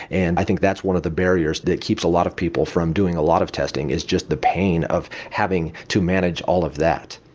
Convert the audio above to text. and i think that's one of the barriers that keeps a lot of people from doing a lot of testing, is just the pain of having to manage all of that.